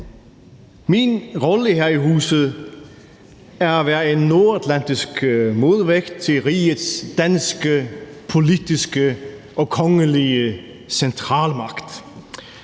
Min rolle her i huset er at være en nordatlantisk modvægt til rigets danske politiske og kongelige centralmagt.